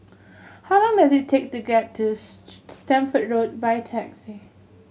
how long does it take to get to Stamford Road by taxi